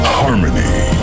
harmony